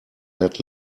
let